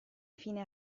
fine